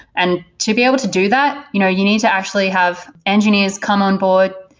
and to be able to do that, you know you need to actually have engineers come on board,